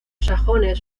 sajones